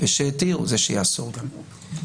זה שהתיר הוא זה שיאסור גם.